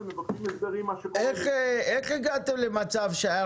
ומבקשים --- איך הגעתם למצב שהייתה